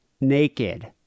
naked